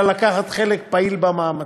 אלא עלינו לקחת חלק פעיל במאמצים.